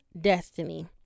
Destiny